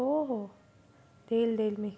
हो हो देईल देईल मी